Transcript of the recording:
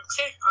Okay